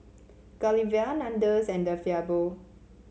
Godiva Nandos and De Fabio